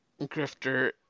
Grifter